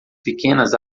pequenas